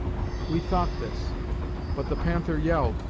we thought this but the panther yelled,